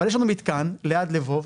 אבל יש לנו מתקן ליד לבוב,